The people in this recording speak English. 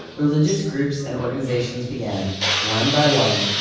religious groups and organizations began, one by one,